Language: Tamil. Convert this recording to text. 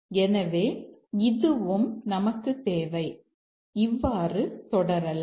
எனவே இதுவும் நமக்குத் தேவை இவ்வாறு தொடரலாம்